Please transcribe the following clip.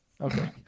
Okay